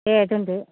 दे दोनदो